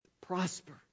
Prosper